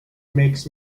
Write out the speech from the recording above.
makes